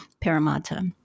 Paramatta